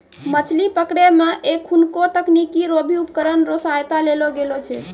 मछली पकड़ै मे एखुनको तकनीकी रो भी उपकरण रो सहायता लेलो गेलो छै